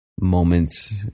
moments